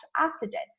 oxygen